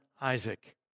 Isaac